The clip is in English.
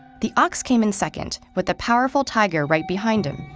the ox came in second, with the powerful tiger right behind him.